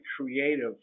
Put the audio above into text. creative